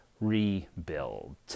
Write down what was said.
rebuild